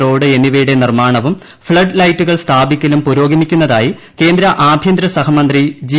road എന്നിവയുടെ നിർമ്മാണവും flood ലൈറ്റുകൾ സ്ഥാപിക്കലും പുരോഗമിക്കുന്നതായി കേന്ദ്ര ആഭ്യന്തര സഹമന്ത്രി ജി